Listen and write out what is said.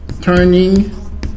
Turning